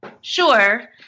Sure